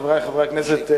חברי חברי הכנסת,